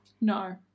no